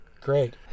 Great